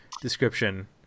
description